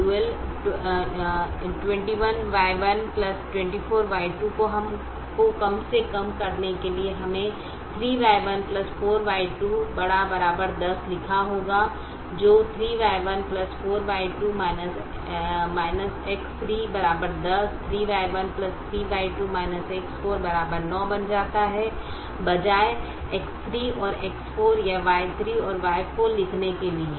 तो dual 21Y1 24Y2 को कम से कम करने के लिए हमने 3Y1 4Y2 ≥ 10 लिखा होगा जो 3Y1 4Y2 X3 10 3Y1 3Y2 X4 9 बन जाता है बजाय X3 और X4 या Y3 और Y4 लिखने के लिए